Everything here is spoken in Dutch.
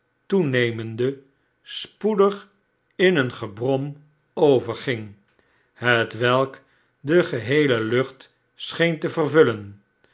toenemende spoedig in een gebrom overging hetwelk de geheele lucht scheen te vervullen